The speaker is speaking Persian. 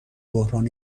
بحران